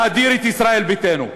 להדיר את ישראל ביתנו.